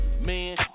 Man